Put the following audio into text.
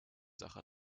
sacher